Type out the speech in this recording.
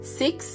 six